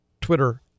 twitter